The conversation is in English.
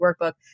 workbook